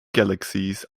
galaxies